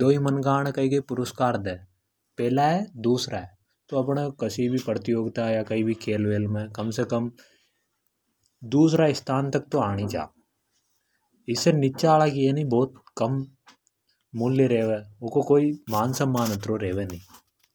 दो ही मनका ने पुरस्कार दे पहला है दूसरा है तो कसी भी प्रतियोगिता मे क में कम से कम दूसरा स्थान तक तो रेनी चा। इसे निचे हाला को बोत कम मूल्य रेवे ऊँ को मान सम्मान अतरो रेवे नि।